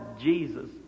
Jesus